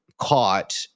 caught